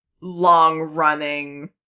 long-running